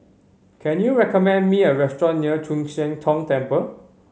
can you recommend me a restaurant near Chu Siang Tong Temple